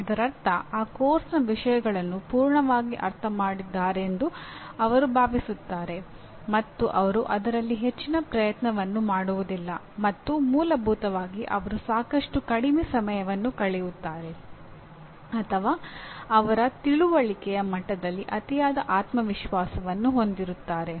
ಇದರರ್ಥ ಆ ಪಠ್ಯಕ್ರಮದ ವಿಷಯಗಳನ್ನು ಪೂರ್ಣವಾಗಿ ಅರ್ಥ ಮಾಡಿದ್ದಾರೆಂದು ಅವರು ಭಾವಿಸುತ್ತಾರೆ ಮತ್ತು ಅವರು ಅದರಲ್ಲಿ ಹೆಚ್ಚಿನ ಪ್ರಯತ್ನವನ್ನು ಮಾಡುವುದಿಲ್ಲ ಮತ್ತು ಮೂಲಭೂತವಾಗಿ ಅವರು ಸಾಕಷ್ಟು ಕಡಿಮೆ ಸಮಯವನ್ನು ಕಳೆಯುತ್ತಾರೆ ಅಥವಾ ಅವರ ತಿಳುವಳಿಕೆಯ ಮಟ್ಟದಲ್ಲಿ ಅತಿಯಾದ ಆತ್ಮವಿಶ್ವಾಸವನ್ನು ಹೊಂದಿರುತ್ತಾರೆ